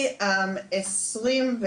מ-2010,